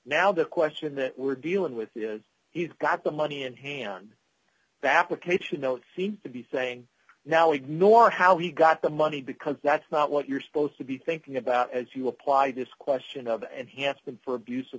now the question that we're dealing with he's got the money and hang on the application notes seem to be saying now ignore how he got the money because that's not what you're supposed to be thinking about as you apply this question of and he has been for abuse of